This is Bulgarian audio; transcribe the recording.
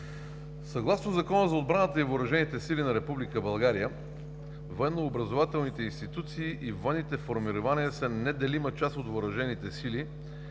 Съгласно Закона за отбраната и въоръжените сили на Република България военно образователните институции и военните формирования са неделима част от въоръжените сили